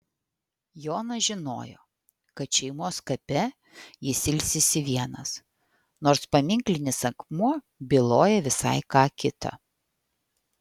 jonas žinojo kad šeimos kape jis ilsisi vienas nors paminklinis akmuo byloja visai ką kita